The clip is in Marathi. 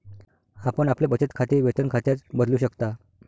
आपण आपले बचत खाते वेतन खात्यात बदलू शकता